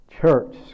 church